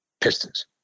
Pistons